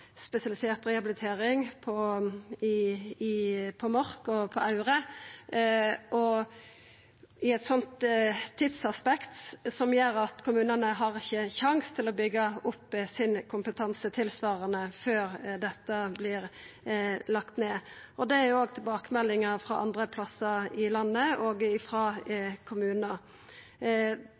spesialisert rehabilitering på Mork og på Aure, og med eit tidsaspekt som gjer at kommunane ikkje har sjans til å byggja opp sin kompetanse tilsvarande før dette vert lagt ned. Det er òg tilbakemeldinga frå andre kommunar andre plassar i landet.